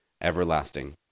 everlasting